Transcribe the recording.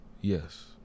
Yes